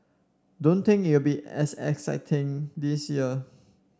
don't think it will be as exciting this year